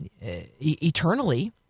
eternally